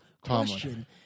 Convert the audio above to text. question